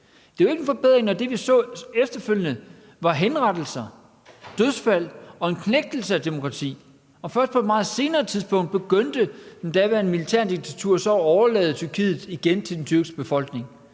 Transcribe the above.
Det er jo ikke en forbedring, når det, vi så efterfølgende, var henrettelser, dødsfald og en knægtelse af demokratiet, og først på et meget senere tidspunkt begyndte det daværende militærdiktatur så igen at overlade Tyrkiet til den tyrkiske befolkning.